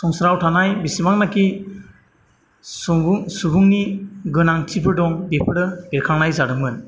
संसाराव थानाय बेसेबांनाखि सुबुं सुबुंनि गोनांथिफोरबो दं बेफोरो बेरखांनाय जादोंमोन